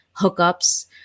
hookups